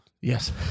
Yes